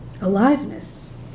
aliveness